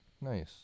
Nice